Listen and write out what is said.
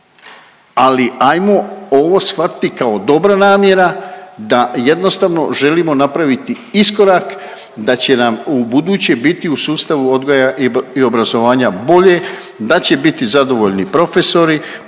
ali ajmo ovo shvatiti kao dobra namjera da jednostavno želimo napraviti iskorak da će nam ubuduće biti u sustavu odgoja i obrazovanja bolje, da će biti zadovoljni profesori,